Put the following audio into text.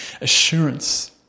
assurance